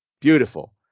beautiful